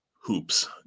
hoops